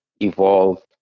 evolve